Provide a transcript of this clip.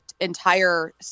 entire